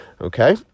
Okay